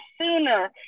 sooner